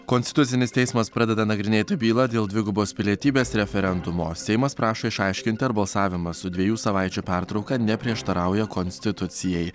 konstitucinis teismas pradeda nagrinėti bylą dėl dvigubos pilietybės referendumo seimas prašo išaiškinti ar balsavimas su dviejų savaičių pertrauka neprieštarauja konstitucijai